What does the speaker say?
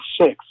six